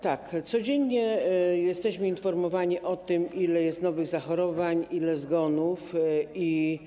Tak, codziennie jesteśmy informowani o tym, ile jest nowych zachorowań, ile zgonów.